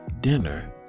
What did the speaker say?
dinner